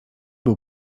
był